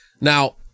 Now